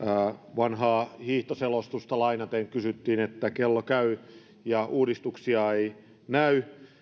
vanhaa hiihtoselostusta lainaten kysyttiin että kello käy ja uudistuksia ei näy